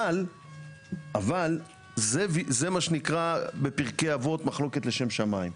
אבל זה מה שנקרא בפרקי אבות 'מחלוקת לשם שמיים'.